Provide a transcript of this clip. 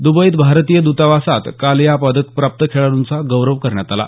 दुबईत भारतीय दुतावासात काल या पदकप्राप्त खेळाडूंचा गौरव करण्यात आला